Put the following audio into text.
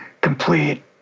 complete